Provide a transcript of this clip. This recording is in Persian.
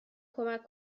کمک